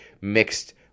mixed